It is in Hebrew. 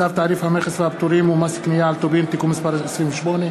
צו תעריף המכס והפטורים ומס קנייה על טובין (תיקון מס' 28),